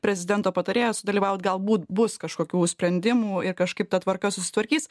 prezidento patarėja sudalyvauti galbūt bus kažkokių sprendimų ir kažkaip ta tvarka susitvarkys